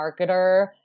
marketer